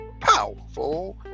powerful